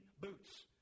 boots